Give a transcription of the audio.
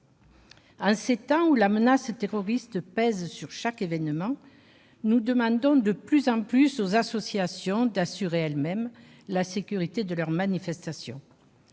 En ces temps où la menace terroriste pèse sur chaque événement, nous demandons de plus en plus aux associations d'assurer elles-mêmes la sécurité de leurs manifestations,